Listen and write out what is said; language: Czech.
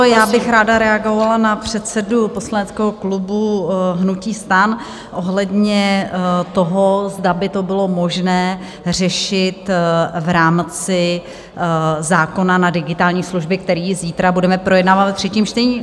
Já bych ráda reagovala na předsedu poslaneckého klubu hnutí STAN ohledně toho, zda by to bylo možné řešit v rámci zákona na digitální služby, který zítra budeme projednávat ve třetím čtení.